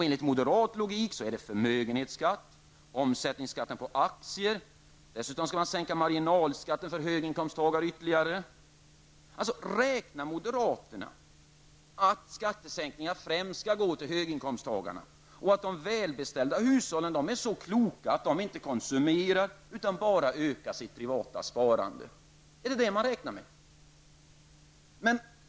Enligt moderat logik är det bl.a. Dessutom vill moderaterna ytterligare sänka marginalskatten för höginkomsttagare. Räknar moderaterna med att skattesänkningar främst skall gå till höginkomsttagare och att de välbeställda hushållen är så kloka att de inte konsumerar utan bara ökar sitt privata sparande?